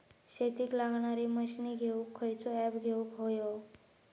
शेतीक लागणारे मशीनी घेवक खयचो ऍप घेवक होयो?